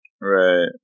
Right